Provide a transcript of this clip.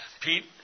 Pete